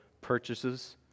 purchases